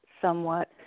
somewhat